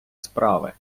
справи